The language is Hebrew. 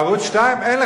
למה בערוץ-2 אין חרדים?